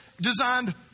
designed